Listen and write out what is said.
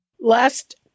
Last